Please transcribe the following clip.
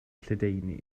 lledaenu